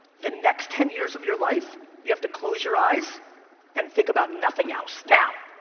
the next ten years of your life you have to close your eyes and think about nothing else. now,